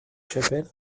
chapelle